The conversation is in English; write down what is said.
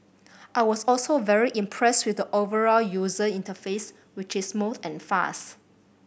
I was also very impressed with the overall user interface which is smooth and fast